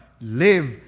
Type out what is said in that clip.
live